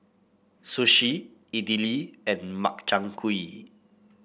Sushi Idili and Makchang Gui